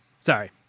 Sorry